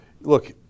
look